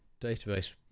database